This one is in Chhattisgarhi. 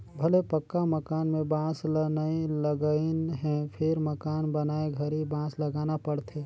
भले पक्का मकान में बांस ल नई लगईंन हे फिर मकान बनाए घरी बांस लगाना पड़थे